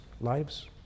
Lives